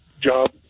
job